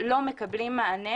כשאנחנו נכנסנו.